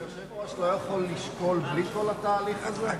היושב-ראש לא יכול לשקול בלי כל התהליך הזה?